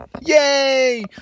Yay